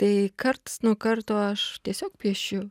tai karts nuo karto aš tiesiog piešiu